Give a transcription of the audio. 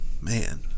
Man